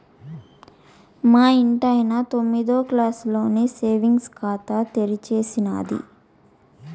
మా ఇంటాయన తొమ్మిదో క్లాసులోనే సేవింగ్స్ ఖాతా తెరిచేసినాది